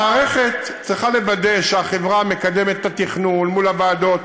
המערכת צריכה לוודא שהחברה מקדמת את התכנון מול הוועדות,